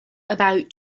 about